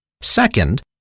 Second